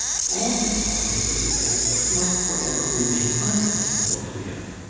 all his longings are for things that must for ever remain unattainable to him.